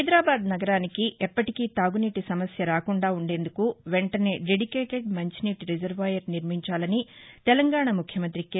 హైదరాబాద్ నగరానికి ఎప్పటికీ తాగునీటి సమస్య రాకుండా ఉండేందుకు వెంటనే డెడికేటెడ్ మంచినీటి రిజర్వాయర్ నిర్మించాలని తెలంగాణ ముఖ్యమంతి కె